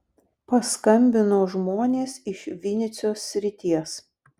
paskambino žmonės iš vinycios srities